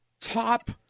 top